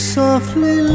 softly